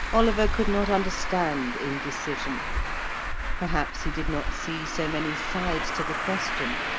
oliver could not understand indecision perhaps he did not see so many sides to the question,